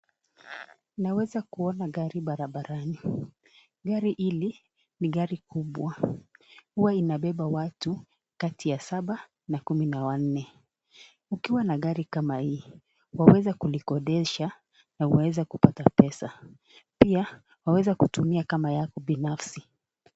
Unaweza kuona gari barabarani, gari hili ni gari kubwa huwa inambemba watu kati ya saba na kumi na wanne. Ukiwa na gari kama hii waweza kunikondesha na waweza kupata pesa. Pia waweza kutumia kama yako binafsi.